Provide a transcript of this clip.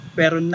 pero